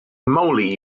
moly